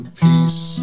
peace